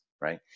Right